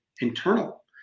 internal